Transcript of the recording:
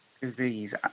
disease